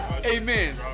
Amen